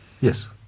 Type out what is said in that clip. Yes